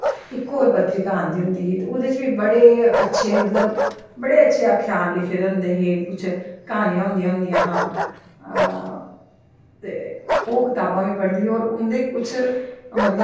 इक होर पत्तरिका आंदे ही ते ओह्दे च बी बड़े अच्छे मतलव बड़े अच्छे आख्यान लिखे दे होंदे हे कुश क्हानियां गोंदियां होंदियां हां ओह् कताबां बी पढ़दी होंदी ही ते उंदे कुश